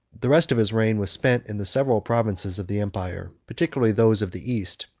the rest of his reign was spent in the several provinces of the empire, particularly those of the east,